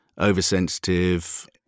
oversensitive